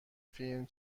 فیلم